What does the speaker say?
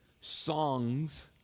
songs